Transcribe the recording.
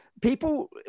people